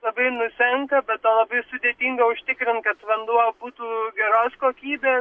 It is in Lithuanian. labai nusenka be to labai sudėtinga užtikrint kad vanduo būtų geros kokybės